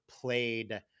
played